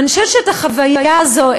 ואני חושבת שאת החוויה הזו,